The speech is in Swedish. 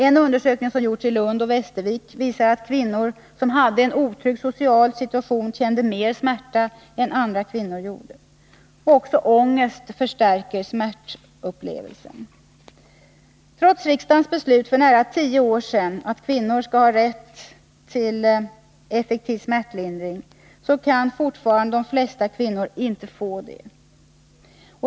En undersökning som gjorts i Lund och Västervik visar att kvinnor som hade en otrygg social situation kände mer smärta än andra kvinnor gjorde. Också ångest förstärker smärtupplevelsen. Trots riksdagens beslut för nära tio år sedan att kvinnor skall ha rätt till effektiv smärtlindring, så kan fortfarande de flesta kvinnor inte få det.